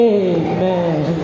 amen